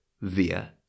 via